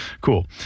Cool